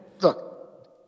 Look